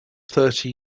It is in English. thirty